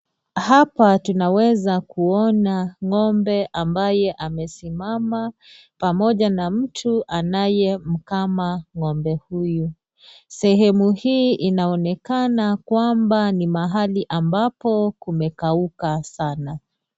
Hapa tunaweza kuona ng'ombe ambaye amesimama pamoja na mtu anayemkama ng'ombe huyu, sehemu hii inaonekana kwamba ni mahali ambapo kumekauka sana.